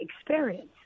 experience